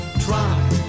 Try